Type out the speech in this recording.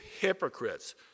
hypocrites